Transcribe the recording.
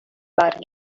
bargain